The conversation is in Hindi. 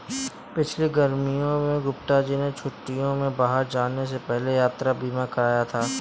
पिछली गर्मियों में गुप्ता जी ने छुट्टियों में बाहर जाने से पहले यात्रा बीमा कराया था